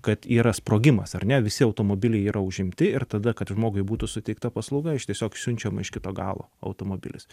kad yra sprogimas ar ne visi automobiliai yra užimti ir tada kad žmogui būtų suteikta paslauga tiesiog siunčiama iš kito galo automobilis